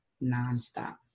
non-stop